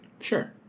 Sure